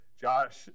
Josh